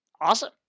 Awesome